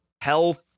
health